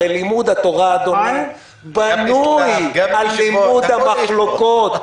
הרי לימוד התורה, אדוני, בנוי על לימוד המחלוקות.